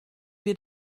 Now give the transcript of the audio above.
wir